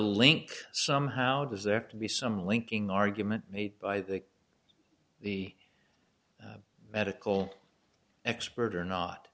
link somehow deserve to be some linking argument made by the the medical expert or not